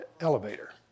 elevator